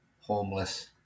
homeless